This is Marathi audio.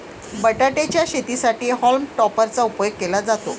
बटाटे च्या शेतीसाठी हॉल्म टॉपर चा उपयोग केला जातो